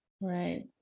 Right